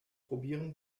probieren